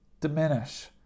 diminish